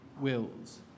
wills